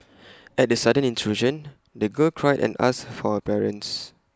at the sudden intrusion the girl cried and asked for her parents